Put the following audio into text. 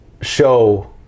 show